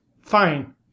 Fine